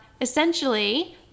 essentially